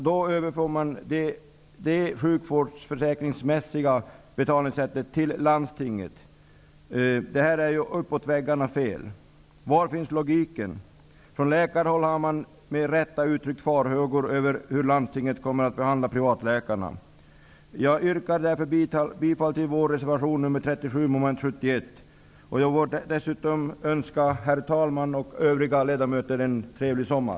Då övergår det sjukvårdsförsäkringsmässiga betalningssättet till landstingen. Det här är uppåt väggarna fel. Var finns logiken? Från läkarhåll har man med rätta uttryckt farhågor för hur landstingen kommer att behandla privatläkarna. Jag yrkar därför bifall till vår reservation nr 37 Jag önskar herr talmannen och övriga ledamöter en trevlig sommar.